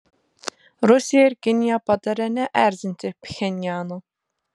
rusija ir kinija pataria neerzinti pchenjano